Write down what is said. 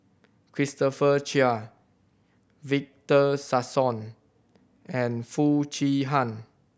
Christopher Chia Victor Sassoon and Foo Chee Han